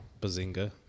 Bazinga